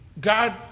God